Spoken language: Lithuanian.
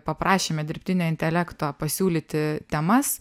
paprašėme dirbtinio intelekto pasiūlyti temas